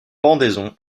pendaison